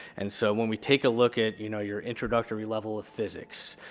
and so when we take a look at, you know, your introductory level of physics,